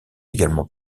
également